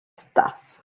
stuff